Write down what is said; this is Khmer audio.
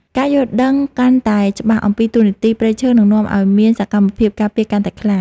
ការយល់ដឹងកាន់តែច្បាស់អំពីតួនាទីព្រៃឈើនឹងនាំឱ្យមានសកម្មភាពការពារកាន់តែខ្លាំង។